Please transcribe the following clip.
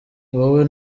wowe